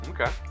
okay